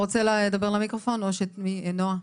אני אתייחס.